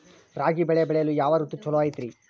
ರಾಗಿ ಬೆಳೆ ಬೆಳೆಯಲು ಯಾವ ಋತು ಛಲೋ ಐತ್ರಿ?